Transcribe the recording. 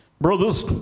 Brothers